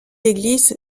église